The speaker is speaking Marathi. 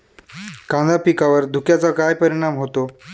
कांदा पिकावर धुक्याचा काय परिणाम होतो?